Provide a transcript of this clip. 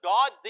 God